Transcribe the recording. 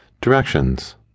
Directions